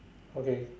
okay